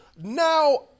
now